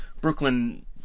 Brooklyn